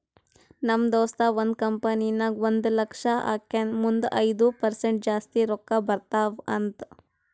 ನಮ್ ದೋಸ್ತ ಒಂದ್ ಕಂಪನಿ ನಾಗ್ ಒಂದ್ ಲಕ್ಷ ಹಾಕ್ಯಾನ್ ಮುಂದ್ ಐಯ್ದ ಪರ್ಸೆಂಟ್ ಜಾಸ್ತಿ ರೊಕ್ಕಾ ಬರ್ತಾವ ಅಂತ್